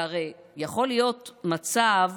והרי יכול להיות מצב,